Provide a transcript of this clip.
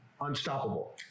unstoppable